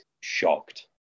shocked